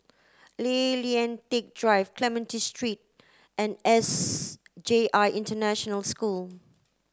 Tay Lian Teck Drive Clementi Street and S J I International School